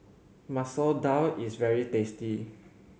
Masoor Dal is very tasty